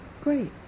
Great